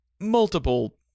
multiple